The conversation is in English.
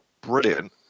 brilliant